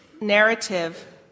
narrative